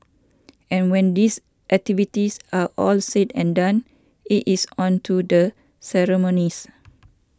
and when these activities are all said and done it is on to the ceremonies